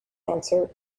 answered